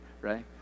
right